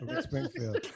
Springfield